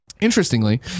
interestingly